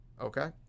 Okay